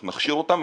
אנחנו נכשיר אותם,